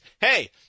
hey